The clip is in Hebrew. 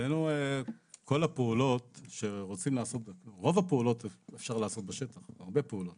לדעתנו רוב הפעולות אפשר לעשות בשטח, הרבה פעולות.